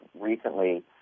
recently